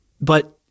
But-